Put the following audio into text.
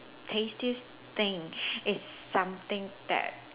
tastiest thing is something that